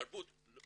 תרבות לא